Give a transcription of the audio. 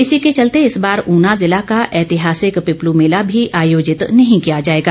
इसी के चलते इस बार ऊना ज़िला का ऐतिहासिक पिपलू मेला भी आयोजित नहीं किया जाएगा